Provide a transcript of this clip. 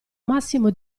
massimo